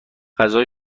غذای